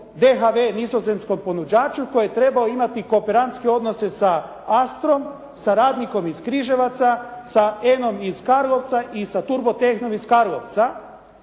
«DHV» nizozemskom ponuđaču koji je trebao imati kooperantske odnose sa Astrom, sa Radnikom iz Križevaca, sa Ena-om iz Karlovca i sa Turbo tehnom iz Karlovca